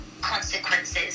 consequences